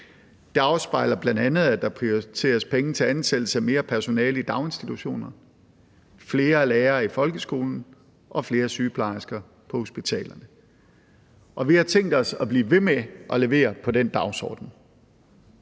Det afspejles bl.a. i, at der prioriteres penge til ansættelse af mere personale i daginstitutioner, flere lærere i folkeskolen og flere sygeplejersker på hospitalerne. Vi har tænkt os at blive ved med at levere i forhold til den dagsorden.